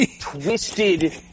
twisted